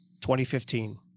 2015